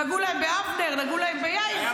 נגעו להם באבנר, נגעו להם ביאיר, ועדת חקירה.